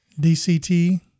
DCT